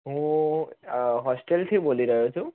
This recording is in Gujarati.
હું હોસ્ટેલથી બોલી રહ્યો છું